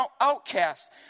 outcast